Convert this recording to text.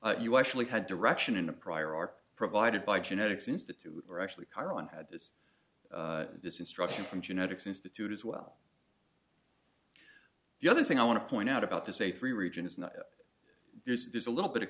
nine you actually had direction in a prior art provided by genetics institute or actually caron had this this instruction from genetics institute as well the other thing i want to point out about this a three region is not there's a little bit of